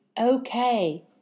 okay